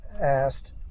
asked